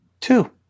Two